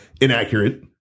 inaccurate